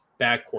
backcourt